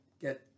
get